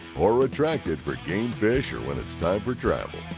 or retract it for gamefish or when it's time for travel.